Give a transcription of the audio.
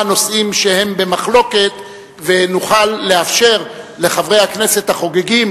נושאים שהם במחלוקת ונוכל לאפשר לחברי הכנסת החוגגים